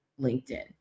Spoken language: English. LinkedIn